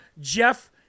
Jeff